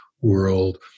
world